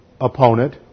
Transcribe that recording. opponent